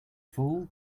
fool